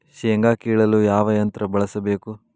ಶೇಂಗಾ ಕೇಳಲು ಯಾವ ಯಂತ್ರ ಬಳಸಬೇಕು?